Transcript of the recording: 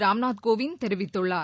ராம்நாத் கோவிந்த் தெரிவித்துள்ளார்